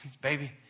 baby